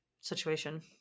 situation